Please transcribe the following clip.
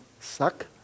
suck